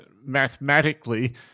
mathematically